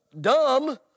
dumb